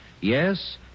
Yes